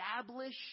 establish